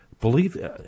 believe